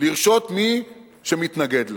לרשות מי שמתנגד לה.